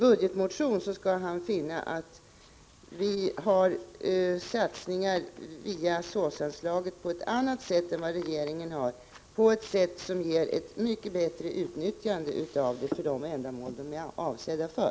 Han skall då finna att vi har satsningar via SÅS-anslaget på ett annat sätt än vad regeringen har och som ger ett mycket bättre utnyttjande av medlen för de ändamål som de är avsedda för.